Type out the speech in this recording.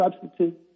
substitute